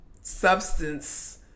substance